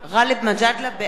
בעד